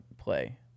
play